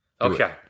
Okay